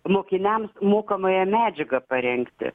mokiniams mokomąją medžiagą parengti